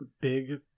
big